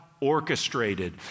orchestrated